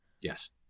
Yes